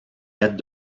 lettre